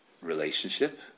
relationship